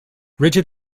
rigid